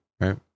Right